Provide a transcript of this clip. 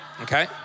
Okay